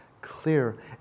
Clear